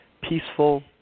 peaceful